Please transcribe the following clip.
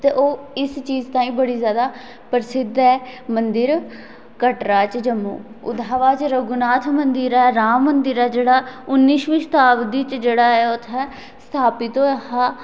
ते ओह् इस चीज ताईं बड़ी जादा प्रसिद्ध ऐ मंदर कटरा च जम्मू उदहा बाद च रघुनाथ मंदर ऐ राम मंदर ऐ जेह्ड़ा उन्नीसवीं शताब्दी च जेह्ड़ा ऐ उत्थै स्थापत होआ हा